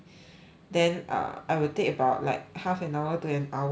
then uh I will take about like half an hour to an hour away